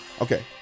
okay